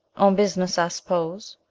on business, i s'pose